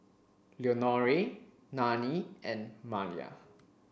Leonore Nannie and Malia